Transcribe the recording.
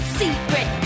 secret